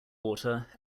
water